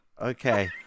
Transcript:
Okay